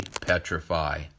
petrify